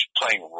playing